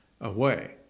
away